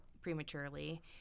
prematurely